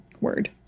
Word